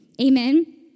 Amen